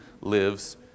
lives